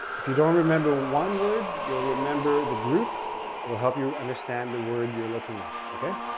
if you don't remember one word, you'll remember the group it will help you understand the word you're looking at, okay?